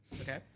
Okay